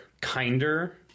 kinder